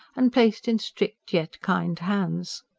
and placed in strict, yet kind hands.